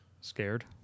Scared